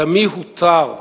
דמי הותר,